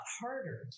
harder